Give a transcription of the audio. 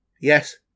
Yes